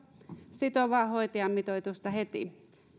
sitovaa hoitajamitoitusta heti